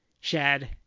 Shad